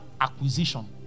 acquisition